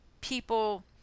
people